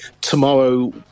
tomorrow